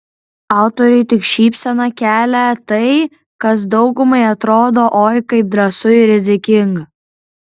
autoriui tik šypseną kelia tai kas daugumai atrodo oi kaip drąsu ir rizikinga